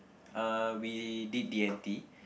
uh we did D and T